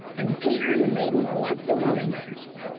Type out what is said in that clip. and peter and the maiden were left alone in the house.